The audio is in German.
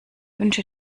wünsche